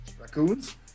Raccoons